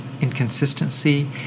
inconsistency